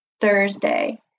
Thursday